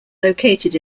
located